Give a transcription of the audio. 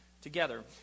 together